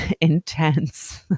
intense